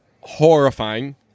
Horrifying